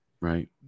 right